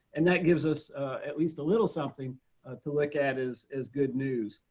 and that gives us at least a little something to look at is as good news.